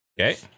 Okay